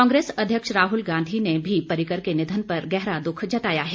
कांग्रेस अध्यक्ष राहुल गांधी ने भी पर्रिकर के निधन पर गहरा दुःख जताया है